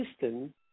system